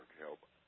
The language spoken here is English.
help